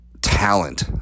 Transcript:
talent